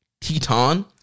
Teton